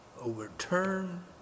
overturn